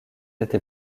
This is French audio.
été